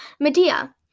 Medea